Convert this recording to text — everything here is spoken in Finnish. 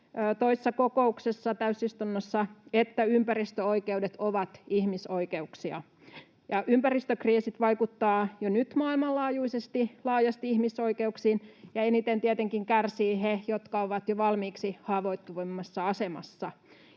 toissa kokouksessa, täysistunnossa, että ympäristöoikeudet ovat ihmisoikeuksia. Ympäristökriisit vaikuttavat jo nyt maailmanlaajuisesti laajasti ihmisoikeuksiin, ja eniten tietenkin kärsivät he, jotka ovat jo valmiiksi haavoittuvimmassa asemassa.